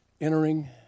entering